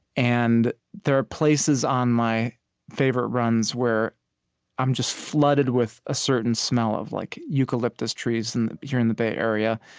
and there are places on my favorite runs where i'm just flooded with a certain smell of, like, eucalyptus trees, and here in the bay area,